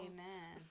Amen